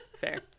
Fair